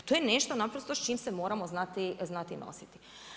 To je nešto naprosto s čim se moramo znati nositi.